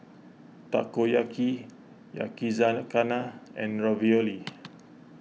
Takoyaki Yakizakana and Ravioli